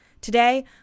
Today